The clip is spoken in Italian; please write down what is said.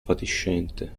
fatiscente